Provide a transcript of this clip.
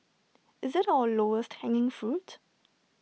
is IT our lowest hanging fruit